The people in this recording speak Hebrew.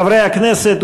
חברי הכנסת,